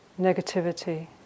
negativity